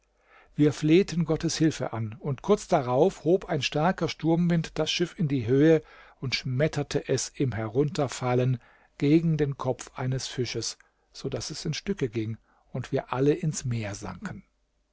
wir flehten gottes hilfe an und kurz drauf hob ein starker sturmwind das schiff in die höhe und schmetterte es im herunterfallen gegen den kopf eines fisches so daß es in stücke ging und wir alle ins meer sanken